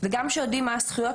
וגם כשיודעים מה הזכויות,